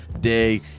Day